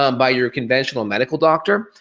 um by your conventional medical doctor,